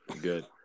good